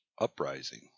Uprising